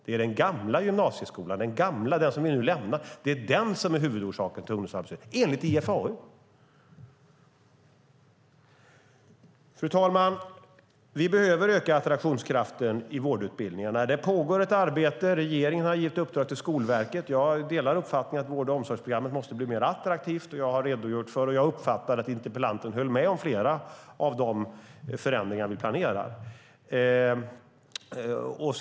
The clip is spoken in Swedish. Det är den gamla gymnasieskolan, som vi nu lämnar, som är huvudorsaken till ungdomsarbetslösheten - enligt IFAU. Fru talman! Vi behöver öka attraktionskraften i vårdutbildningarna. Det pågår ett arbete, och regeringen har gett ett uppdrag till Skolverket. Jag delar uppfattningen att vård och omsorgsprogrammet måste bli mer attraktivt, och jag har redogjort för de förändringar vi planerar. Jag uppfattade att interpellanten höll med om flera av dem.